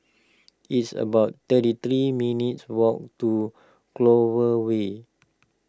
it's about thirty three minutes' walk to Clover Way